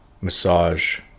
massage